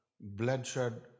bloodshed